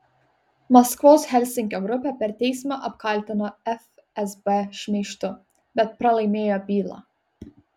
maskvos helsinkio grupė per teismą apkaltino fsb šmeižtu bet pralaimėjo bylą